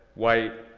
white,